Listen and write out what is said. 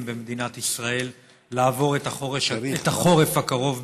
במדינת ישראל לעבור את החורף הקרוב בשלום.